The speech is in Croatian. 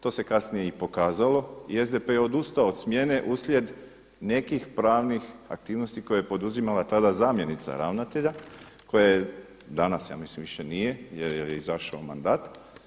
To se kasnije i pokazalo i SDP je odustao od smjene uslijed nekih pravnih aktivnosti koje je poduzimala tada zamjenica ravnatelja koja je danas ja mislim više nije jer joj je izašao mandat.